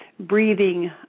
Breathing